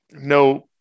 No